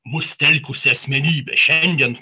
mus telkusi asmenybė šiandien